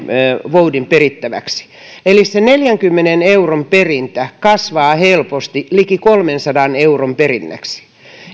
voudin perittäväksi eli se neljänkymmenen euron perintä kasvaa helposti liki kolmensadan euron perinnäksi